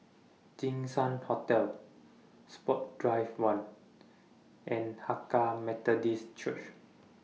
Jinshan Hotel Sports Drive one and Hakka Methodist Church